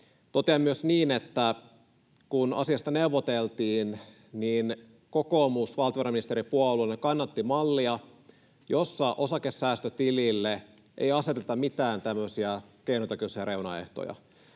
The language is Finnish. totean myös niin, että kun asiasta neuvoteltiin, niin kokoomus valtiovarainministeripuolueena kannatti mallia, jossa osakesäästötilille ei aseteta mitään tämmöisiä keinotekoisia reunaehtoja.